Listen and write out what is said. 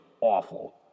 awful